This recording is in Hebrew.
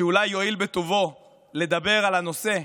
שאולי יואיל בטובו לדבר על הנושא,